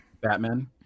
Batman